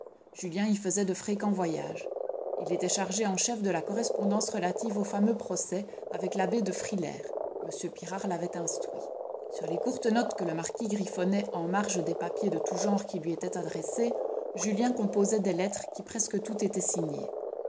julien y faisait de fréquents voyages il était chargé en chef de la correspondance relative au fameux procès avec l'abbé de frilair m pirard l'avait instruit sur les courtes notes que le marquis griffonnait en marge des papiers de tout genre qui lui étaient adressés julien composait des lettres qui presque toutes étaient signées